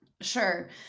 Sure